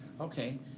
Okay